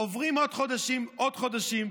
עוברים עוד חודשים ועוד חודשים.